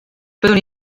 byddwn